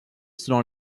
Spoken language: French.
selon